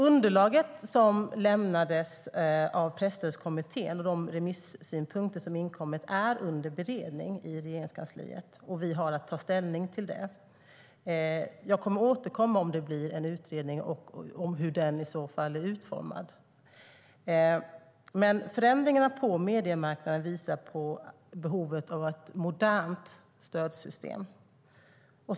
Underlaget som lämnades av Presstödskommittén och de remissynpunkter som har inkommit är under beredning i Regeringskansliet, och vi har att ta ställning till det. Om det blir en utredning kommer jag att återkomma om hur den i så fall är utformad. Förändringarna på mediemarknaden visar på behovet av ett modernt stödsystem.